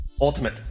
Ultimate